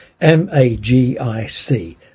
M-A-G-I-C